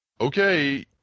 Okay